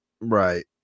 Right